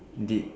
did